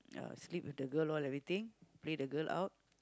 uh sleep with the girl all everything play the girl out